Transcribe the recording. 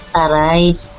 Alright